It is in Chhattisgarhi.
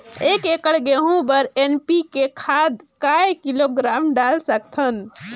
एक एकड़ गहूं बर एन.पी.के खाद काय किलोग्राम डाल सकथन?